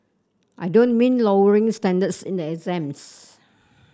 I don't mean lowering standards in the exams